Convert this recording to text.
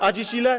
A dziś ile?